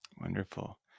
Wonderful